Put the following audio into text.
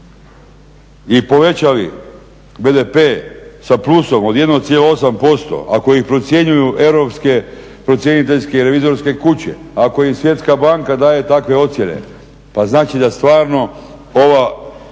i povećali BDP sa plusom od 1,8% ako ih procjenjuju europske procjeniteljske revizorske kuće, ako im Svjetska banka daje takve ocjene pa znači da stvarno ova